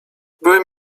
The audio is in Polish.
byłem